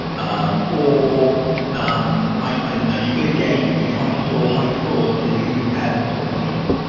um or um i don't know? you got a game and you're trying to store high scores, so you can compare them to other people.